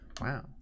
Wow